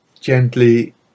Gently